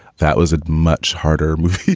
that was a much harder move